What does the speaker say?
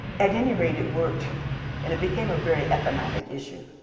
at any rate, it worked and it became a very economic issue.